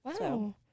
Wow